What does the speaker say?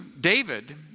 David